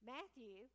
Matthew